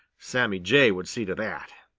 sammy jay would see to that.